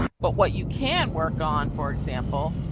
but what you can work on, for example.